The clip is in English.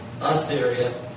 Assyria